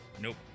Nope